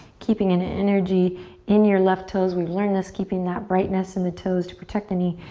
keeping an energy in your left toes. we've learned this, keeping that brightness in the toes to protect the knee.